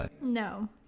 No